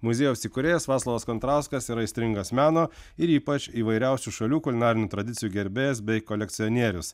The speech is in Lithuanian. muziejaus įkūrėjas vaclovas kontrauskas yra aistringas meno ir ypač įvairiausių šalių kulinarinių tradicijų gerbėjas bei kolekcionierius